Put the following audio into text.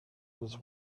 was